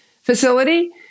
facility